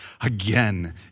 again